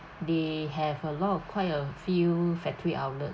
they have a lot of quite a few factory outlet